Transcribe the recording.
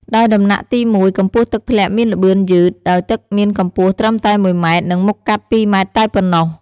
ដោយដំណាក់ទី១ កម្ពស់ទឹកធ្លាក់មានល្បឿនយឺត ដោយទឹកមានកម្ពស់ត្រឹមតែមួយម៉ែត្រ និង មុខកាត់ ២ម៉ែត្រតែប៉ុណ្ណោះ។